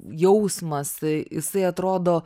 jausmas jisai atrodo